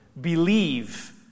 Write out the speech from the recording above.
Believe